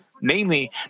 namely